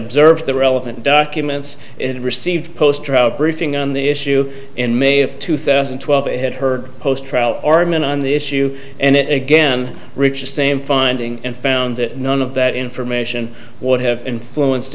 observed the relevant documents and received poster out briefing on the issue in may of two thousand and twelve and had her post trial arman on the issue and it again rich same finding and found that none of that information would have influenced